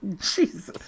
Jesus